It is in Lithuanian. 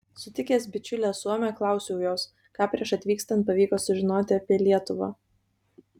sutikęs bičiulę suomę klausiau jos ką prieš atvykstant pavyko sužinoti apie lietuvą